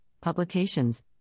publications